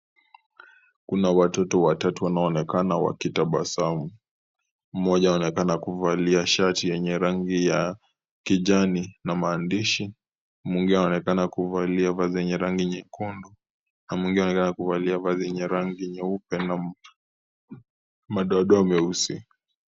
Kuna watoto watatu wanaonekana wakitabasamu. Mmoja anaonekana kuvalia shati yenye rangi ya kijani na maandishi, mwingine anaonekana kuvalia vazi yenye rangi nyekundu, na wengine aonekana kuvalia vazi yenye rangi nyeupe na madoa doa meusi